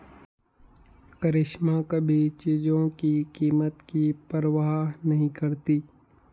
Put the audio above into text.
करिश्मा कभी चीजों की कीमत की परवाह नहीं करती